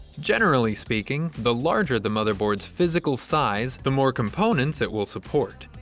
generally speaking the larger the motherboards physical size the more components it will support.